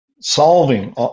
solving